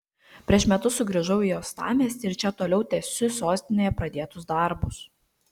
prieš metus sugrįžau į uostamiestį ir čia toliau tęsiu sostinėje pradėtus darbus